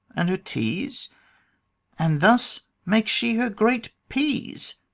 and her t's and thus makes she her great p's.